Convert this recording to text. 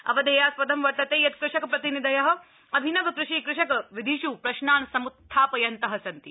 अवधेयास् दं वर्तते यत् कृषक प्रतिनिधय अभिनव कृषि कृषक विधिष् प्रश्नान् सम्त्था यन्तः सन्ति